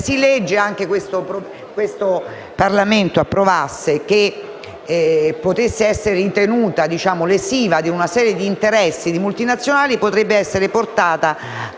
legge che questo Parlamento approvasse che potesse essere ritenuta lesiva di una serie di interessi di multinazionali potrebbe essere portata